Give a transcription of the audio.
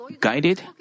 guided